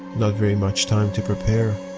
not very much time to prepare.